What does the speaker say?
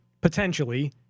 potentially